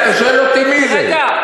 תירגע.